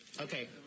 Okay